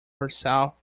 herself